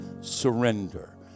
surrender